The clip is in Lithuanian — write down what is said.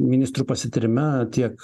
ministrų pasitarime tiek